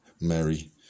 Mary